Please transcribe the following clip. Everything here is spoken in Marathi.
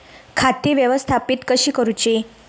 खाती व्यवस्थापित कशी करूची?